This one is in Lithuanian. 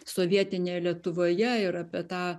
sovietinėje lietuvoje ir apie tą